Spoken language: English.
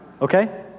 Okay